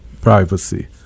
privacy